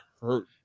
hurt